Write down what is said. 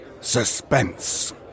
Suspense